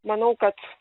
manau kad